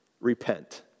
Repent